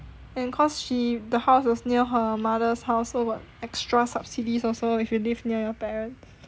and cause she the house was near her mother's house so got extra subsidies also if you live near your parents